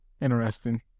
Interesting